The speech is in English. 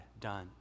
done